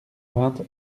vingt